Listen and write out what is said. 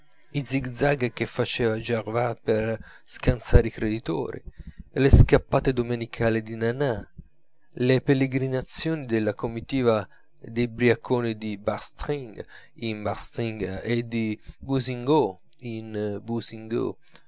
botteghe i zig-zag che faceva gervaise per scansare i creditori le scappate domenicali di nana le pellegrinazioni della comitiva dei briaconi di bastringue in bastringue e di bousingot in